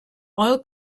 oil